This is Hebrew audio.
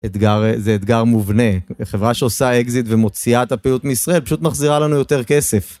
זה אתגר מובנה, חברה שעושה אקזיט ומוציאה את הפעילות מישראל פשוט מחזירה לנו יותר כסף.